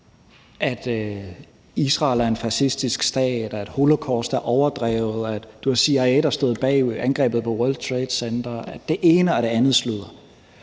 at Israel er en fascistisk stat; at holocaust er overdrevet; at det var CIA, der stod bag angrebet på World Trade Center; det ene og det andet sludder.